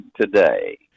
Today